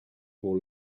pour